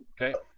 okay